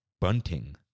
bunting